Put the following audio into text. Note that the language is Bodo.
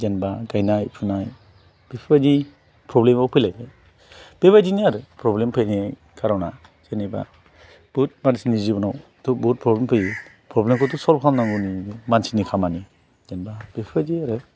जेनबा गायनाय फुनाय बेफोरबायदि प्रब्लेम आव फैलायबाय बेबायदिनो आरो प्रब्लेम फैनाय खार'ना जेनेबा बहुत मानसिनि जिब'नावथ' बहुत प्रब्लेम फैयो प्रब्लेम खौथ' सल्भ खालामनांगौनि मानसिनि खामानि जेनेबा बेफोरबायदि आरो